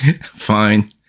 Fine